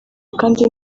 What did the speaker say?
kandi